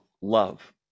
love